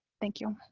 thank you.